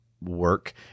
work